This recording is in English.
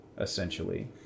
essentially